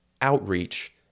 outreach